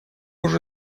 уже